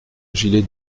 gilet